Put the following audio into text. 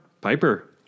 Piper